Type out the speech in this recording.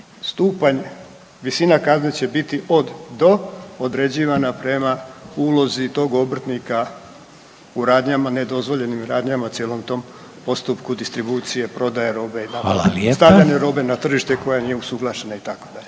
stupanj visina kazne će biti od do određivana prema ulozi toga obrtnika u radnjama ne dozvoljenim radnjama u cijelom tom postupku distribucije, prodaje robe, stavljanje robe na tržište koja nije usuglašena itd.